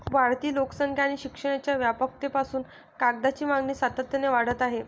वाढती लोकसंख्या आणि शिक्षणाच्या व्यापकतेपासून कागदाची मागणी सातत्याने वाढत आहे